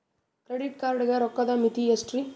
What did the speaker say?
Credit card ಗ ರೋಕ್ಕದ್ ಮಿತಿ ಎಷ್ಟ್ರಿ?